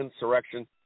insurrection